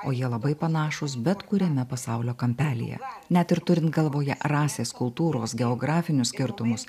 o jie labai panašūs bet kuriame pasaulio kampelyje net ir turint galvoje rasės kultūros geografinius skirtumus